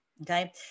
Okay